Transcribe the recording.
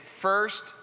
first